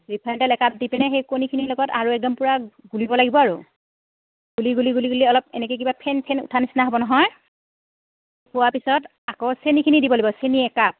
refined তেল একাপ দি পিনে সেই কণীখিনিৰ লগত আৰু একদম পূৰা ঘুলিব লাগিব আৰু ঘুলি ঘুলি ঘুলি ঘুলি অলপ এনেকৈ কিবা ফেন ফেন উঠা নিচিনা হ'ব নহয় হোৱাৰ পিছত আকৌ চেনিখিনি দিব লাগিব চেনি একাপ